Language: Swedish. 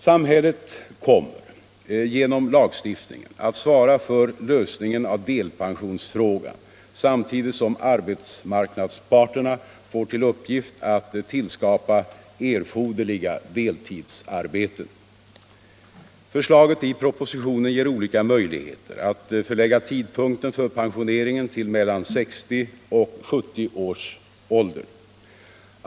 Samhället kommer genom lagstiftningen att svara för lösningen av delpensionsfrågan samtidigt som arbetsmarknadsparterna får till uppgift att tillskapa erforderliga deltidsarbeten. Förslagen i propositionen ger olika möjligheter att förlägga tidpunkten för pensioneringen till mellan 60 och 70 års ålder.